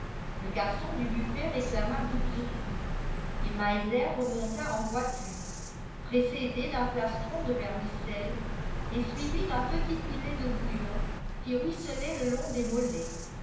le garçon du buffet réclama douze sous et meiser remonta en voiture précédé d'un plastron de vermicelle et suivi d'un petit filet de bouillon qui ruisselait le long des mollets